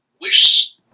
wish